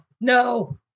no